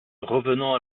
revenons